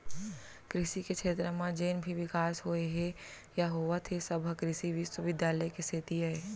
कृसि के छेत्र म जेन भी बिकास होए हे या होवत हे सब ह कृसि बिस्वबिद्यालय के सेती अय